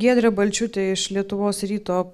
giedrė balčiūtė iš lietuvos ryto